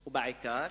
הוא בעיקר